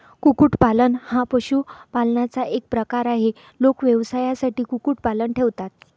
कुक्कुटपालन हा पशुपालनाचा एक प्रकार आहे, लोक व्यवसायासाठी कुक्कुटपालन ठेवतात